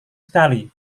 sekali